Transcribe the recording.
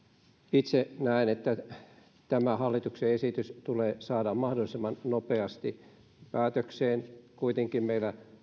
itse näen että tämä hallituksen esitys tulee saada mahdollisimman nopeasti päätökseen kuitenkin meillä